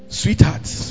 sweethearts